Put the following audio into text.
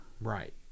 Right